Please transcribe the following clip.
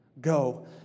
Go